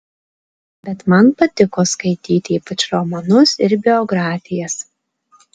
bet man patiko skaityti ypač romanus ir biografijas